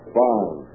fine